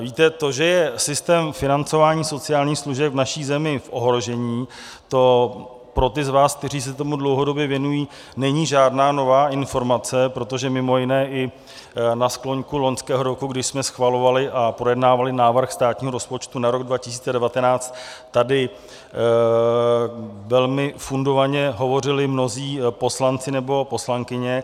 Víte, to, že je systém financování sociálních služeb v naší zemi v ohrožení, to pro ty z vás, kteří se tomu dlouhodobě věnují, není žádná nová informace, protože mimo jiné i na sklonku loňského roku, kdy jsme schvalovali a projednávali návrh státního rozpočtu na rok 2019, tady velmi fundovaně hovořili mnozí poslanci nebo poslankyně.